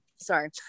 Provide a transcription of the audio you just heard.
sorry